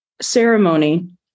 ceremony